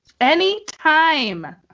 Anytime